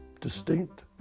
distinct